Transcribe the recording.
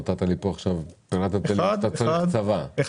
אחד, אחד, אחד,